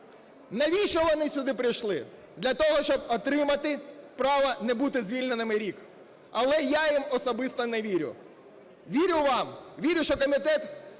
Навіщо вони сюди прийшли? Для того, щоб отримати право не бути звільненими рік. Але я їм особисто не вірю. Вірю вам. Вірю, що комітет